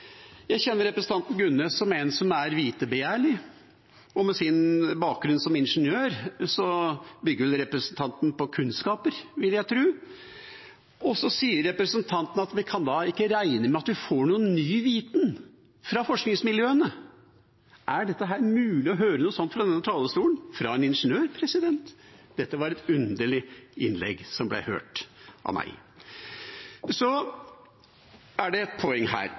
Jeg kjenner representanten Gunnes som en som er vitebegjærlig. Med sin bakgrunn som ingeniør bygger vel representanten på kunnskaper, vil jeg tro, og så sier representanten at vi ikke kan regne med at vi får noen ny viten fra forskningsmiljøene! Er det mulig å høre noe sånt fra denne talerstolen fra en ingeniør? Dette var et underlig innlegg, som ble hørt av meg. Så er det et poeng her,